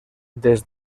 dels